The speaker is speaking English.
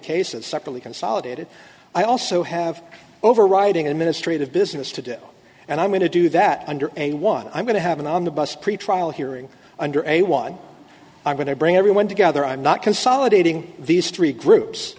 cases separately consolidated i also have overriding administrative business to do and i'm going to do that under a one i'm going to have an on the bus pretrial hearing under a one i'm going to bring everyone together i'm not consolidating these three groups